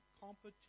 competition